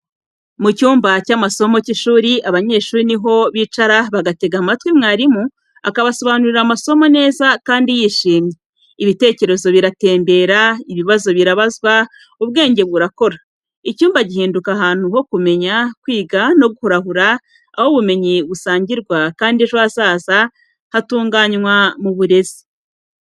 Mu cyumba cy'amasomo cy’ishuri, abanyeshuri ni ho bicara bagatega amatwi mwarimu akabasobanurira amasomo neza kandi yishimye. Ibitekerezo biratembera, ibibazo birabazwa, ubwenge burakora. Icyumba gihinduka ahantu ho kumenya, kwiga no kurahura, aho ubumenyi busangirwa kandi ejo hazaza hatunganywa mu burezi.